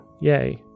yay